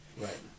right